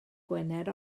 gwener